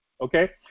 Okay